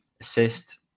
assist